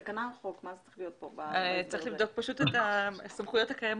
צריך לבחון פשוט את הסמכויות הקיימות.